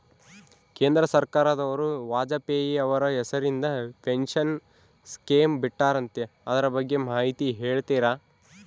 ಕೇಂದ್ರ ಸರ್ಕಾರದವರು ವಾಜಪೇಯಿ ಅವರ ಹೆಸರಿಂದ ಪೆನ್ಶನ್ ಸ್ಕೇಮ್ ಬಿಟ್ಟಾರಂತೆ ಅದರ ಬಗ್ಗೆ ಮಾಹಿತಿ ಹೇಳ್ತೇರಾ?